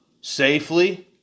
safely